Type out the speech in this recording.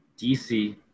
DC